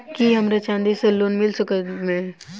की हमरा चांदी सअ लोन मिल सकैत मे?